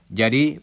jadi